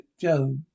Joe